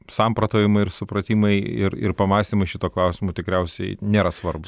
samprotavimai ir supratimai ir ir pamąstymai šituo klausimo tikriausiai nėra svarbūs